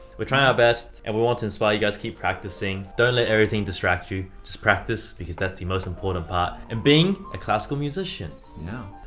we're trying our best, and we want to inspire you guys keep practicing. don't let everything distracts you. just practice because that's the most important part in being a classical musician. yeah.